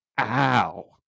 Ow